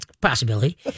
possibility